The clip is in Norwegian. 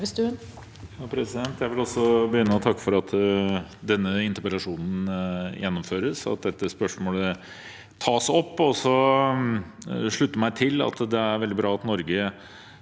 Jeg vil også begynne med å takke for at denne interpellasjonen gjennomføres, og at dette spørsmålet tas opp. Og jeg vil også slutte meg til at det er veldig bra at Norge